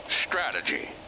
strategy